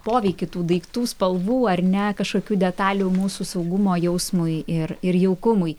poveikį tų daiktų spalvų ar ne kažkokių detalių mūsų saugumo jausmui ir ir jaukumui